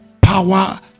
power